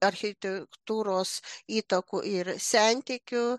architektūros įtakų ir sentikių